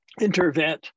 intervent